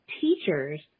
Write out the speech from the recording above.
teachers